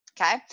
Okay